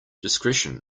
discretion